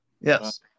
yes